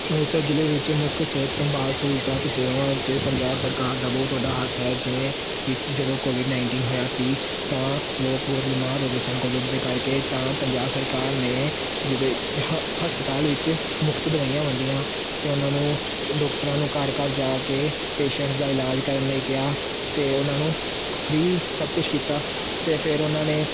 ਅੰਮ੍ਰਿਤਸਰ ਜ਼ਿਲ੍ਹੇ ਵਿੱਚ ਮੁੱਖ ਸਿਹਤ ਸੰਭਾਲ ਸਹੂਲਤਾਂ ਅਤੇ ਸੇਵਾਵਾਂ ਵਿੱਚ ਪੰਜਾਬ ਸਰਕਾਰ ਦਾ ਬਹੁਤ ਵੱਡਾ ਹੱਥ ਹੈ ਜਿਵੇਂ ਕਿ ਜਦੋਂ ਕੋਵਿਡ ਨਾਈਨਟੀਨ ਹੋਇਆ ਸੀ ਤਾਂ ਲੋਕ ਬਹੁਤ ਬਿਮਾਰ ਹੋ ਗਏ ਸਨ ਕੋਵਿਡ ਦੇ ਕਰਕੇ ਤਾਂ ਪੰਜਾਬ ਸਰਕਾਰ ਨੇ ਜਿਹਦੇ ਹ ਹਸਪਤਾਲ ਵਿੱਚ ਮੁਫ਼ਤ ਦਵਾਈਆਂ ਵੰਡੀਆਂ ਅਤੇ ਉਹਨਾਂ ਨੂੰ ਡੌਕਟਰਾਂ ਨੂੰ ਘਰ ਘਰ ਜਾ ਕੇ ਪੇਸ਼ੈਂਟਸਜ਼ ਦਾ ਇਲਾਜ ਕਰਨ ਲਈ ਕਿਹਾ ਅਤੇ ਉਹਨਾਂ ਨੂੰ ਫਰੀ ਸਭ ਕੁਛ ਕੀਤਾ ਅਤੇ ਫਿਰ ਉਹਨਾਂ ਨੇ